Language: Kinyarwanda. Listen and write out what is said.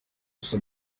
gusa